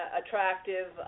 attractive